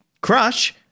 Crush